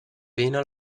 pena